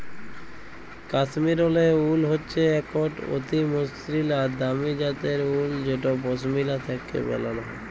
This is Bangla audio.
কাশ্মীরলে উল হচ্যে একট অতি মসৃল আর দামি জ্যাতের উল যেট পশমিলা থ্যাকে ব্যালাল হয়